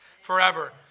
forever